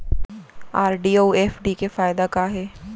RD अऊ FD के फायेदा का हे?